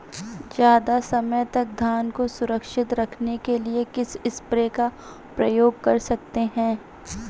ज़्यादा समय तक धान को सुरक्षित रखने के लिए किस स्प्रे का प्रयोग कर सकते हैं?